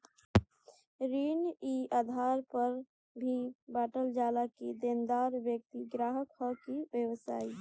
ऋण ए आधार पर भी बॉटल जाला कि देनदार व्यक्ति ग्राहक ह कि व्यवसायी